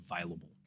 available